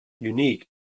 unique